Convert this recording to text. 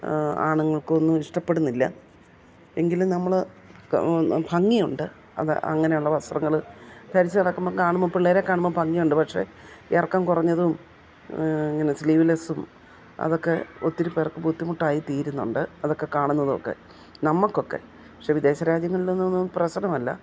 ആണുങ്ങൾക്കൊന്നും ഇഷ്ടപ്പെടുന്നില്ല എങ്കിലും നമ്മൾ ഭംഗിയുണ്ട് അത് അങ്ങനെയുള്ള വസ്ത്രങ്ങൾ ധരിച്ചു നടക്കുമ്പോൾ കാണുമ്പോൾ പിള്ളേരെ കാണുമ്പോൾ ഭംഗിയുണ്ട് പക്ഷെ ഇറക്കം കുറഞ്ഞതും ഇങ്ങനെ സ്ലീവ്ലെസ്സും അതൊക്കെ ഒത്തിരി പേർക്ക് ബുദ്ധിമുട്ടായി തീരുന്നുണ്ട് അതൊക്കെ കാണുന്നതുമൊക്കെ നമുക്കൊക്കെ പക്ഷെ വിദേശരാജ്യങ്ങളിലൊന്നൊന്നും പ്രശ്നമല്ല